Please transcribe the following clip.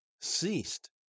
ceased